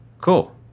cool